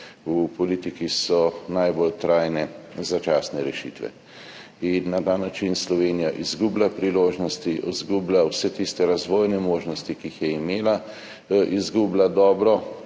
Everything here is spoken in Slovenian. v politiki so najbolj trajne začasne rešitve, in na ta način Slovenija izgublja priložnosti, izgublja vse tiste razvojne možnosti, ki jih je imela, izgublja dobro